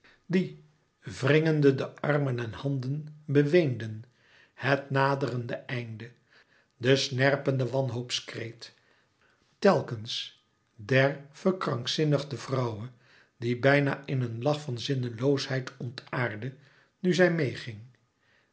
die wringende de armen en handen beweenden het naderende einde de snerpende wanhoopskreet telkens der verkrankzinnigde vrouwe die bijna in een lach van zinneloosheid ontaardde nu zij meê